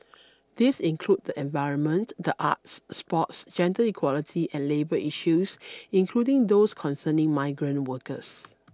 these include the environment the arts sports gender equality and labour issues including those concerning migrant workers